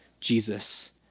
Jesus